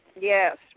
Yes